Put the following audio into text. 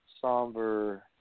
somber